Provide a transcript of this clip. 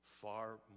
far